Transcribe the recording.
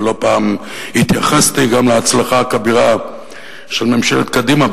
ולא פעם התייחסתי גם להצלחה הכבירה של ממשלת קדימה,